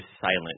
silent